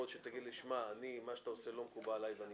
יכול להיות שתגיד לי שמה שאני עושה לא מקובל עליך ואתה